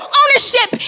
ownership